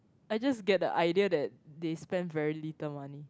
I just get the idea that they spend very little money